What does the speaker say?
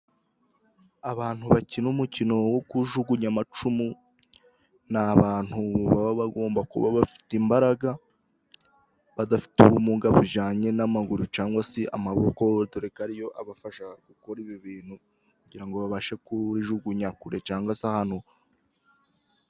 Abantu bakina umukino wo kujugunya amacumu, ni abantu baba bagomba kuba bafite imbaraga, badafite ubumuga bujyanye n'amaguru cyangwa se amaboko, dore ko ariyo abafasha gukora ibi bintu, kugira ngo babashe kujugunya kure cyangwa se ahantu.